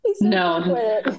No